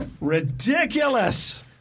Ridiculous